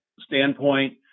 standpoint